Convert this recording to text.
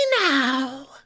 now